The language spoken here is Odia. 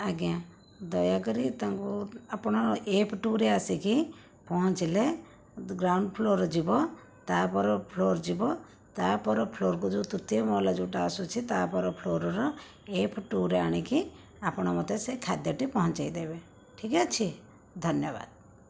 ଆଜ୍ଞା ଦୟାକରି ତାକୁ ଆପଣ ଏଫ ଟୁ ରେ ଆସିକି ପହଁଞ୍ଚିଲେ ଗ୍ରାଉଣ୍ଡ ଫ୍ଲୋର ଯିବ ତା ପର ଫ୍ଳୋର ଯିବ ତା ପର ଫ୍ଳୋରକୁ ଯେଉଁ ତୃତୀୟ ମହଲା ଯେଉଁଟା ଆସୁଛି ତା ପର ଫ୍ଲୋରର ଏଫ ଟୁ ରେ ଆଣିକି ଆପଣ ମୋତେ ସେ ଖାଦ୍ୟଟି ପହଞ୍ଚେଇ ଦେବେ ଠିକ୍ ଅଛି ଧନ୍ୟବାଦ